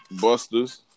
busters